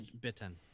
bitten